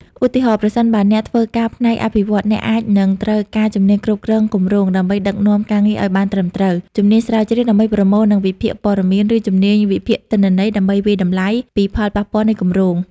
ឧទាហរណ៍ ប្រសិនបើអ្នកធ្វើការផ្នែកអភិវឌ្ឍន៍ អ្នកអាចនឹងត្រូវការ ជំនាញគ្រប់គ្រងគម្រោង ដើម្បីដឹកនាំការងារឱ្យបានត្រឹមត្រូវ ជំនាញស្រាវជ្រាវ ដើម្បីប្រមូលនិងវិភាគព័ត៌មាន ឬ ជំនាញវិភាគទិន្នន័យ ដើម្បីវាយតម្លៃពីផលប៉ះពាល់នៃគម្រោង។